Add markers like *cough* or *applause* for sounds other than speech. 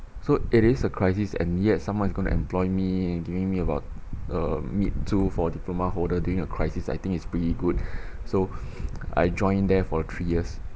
so it is a crisis and yet someone is going to employ me giving me about um mid two for diploma holder during a crisis I think it's pretty good *breath* so I joined there for three years